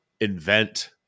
invent